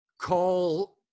call